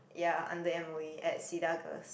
ya under m_o_e at Cedar-Girls